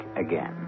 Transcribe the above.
again